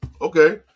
Okay